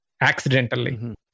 accidentally